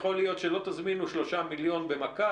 יכול להיות שלא תזמינו 3 במיליון במכה,